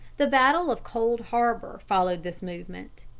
the battle of cold harbor followed this movement.